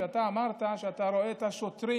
כשאתה אמרת שאתה רואה את השוטרים,